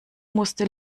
musste